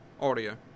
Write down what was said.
audio